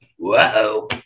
Whoa